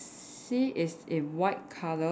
~xi is in white colour